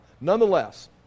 Nonetheless